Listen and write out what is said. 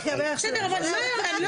בסדר, עזבי אותי מהשטויות האלה.